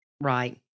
right